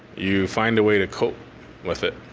you find a way to cope with it.